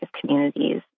communities